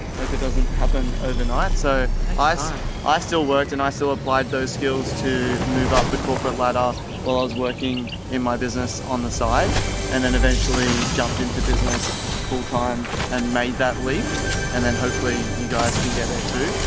like it doesn't happen overnight, so ah so um i still worked and i still applied those skills to move up the corporate ladder while i was working in my business on the side and then eventually jumped into business full time and made that leap and then hopefully you guys can get there too.